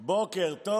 בוקר טוב.